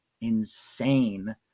insane